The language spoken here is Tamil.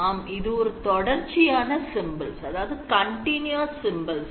ஆம் இது ஓர் தொடர்ச்சியான சிம்பல்ஸ்